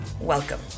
Welcome